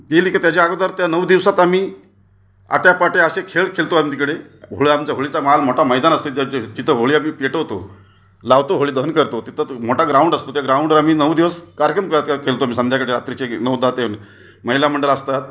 गेली के त्याच्या अगोदर त्या नऊ दिवसात आम्ही आट्यापाट्या असे खेळ खेळतो आम्ही तिकडे होळ्या आमचा होळीचा मान मोठा मैदान असते तर जिथं होळी आम्ही पेटवतो लावतो होळी दहन करतो तिथं तो मोठा ग्राउंड असतो त्या ग्राउंडवर आम्ही नऊ दिवस कार्यक्रम क खेळतो आम्ही संध्याकाळचे रात्रीचे नऊ दहा ते महिला मंडळ असतात